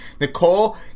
Nicole